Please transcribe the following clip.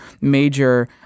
major